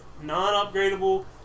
non-upgradable